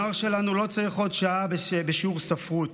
הנוער שלנו לא צריך עוד שעה בשיעור ספרות,